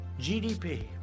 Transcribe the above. GDP